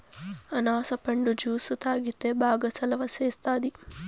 అనాస పండు జ్యుసు తాగితే బాగా సలవ సేస్తాది